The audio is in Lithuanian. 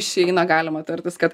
išeina galima tartis kad